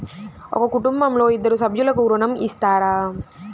ఒక కుటుంబంలో ఇద్దరు సభ్యులకు ఋణం ఇస్తారా?